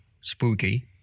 spooky